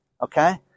okay